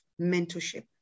mentorship